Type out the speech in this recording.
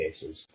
cases